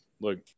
Look